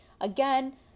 again